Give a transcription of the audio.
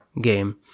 game